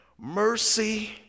Mercy